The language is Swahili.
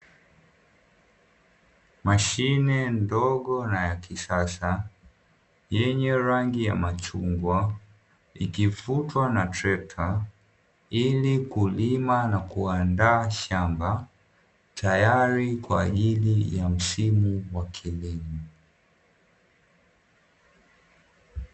Mashine ndog na ya kisasa yenye rangi ya machungwa ikivutwa na trekta, ili kulima na kuandaa shamba tayari kwa ajili ya msimu wa kilimo.